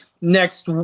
next